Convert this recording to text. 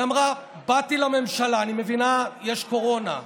היא אמרה: באתי לממשלה, אני מבינה שיש קורונה,